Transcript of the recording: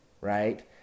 right